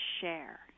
share